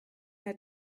der